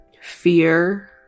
fear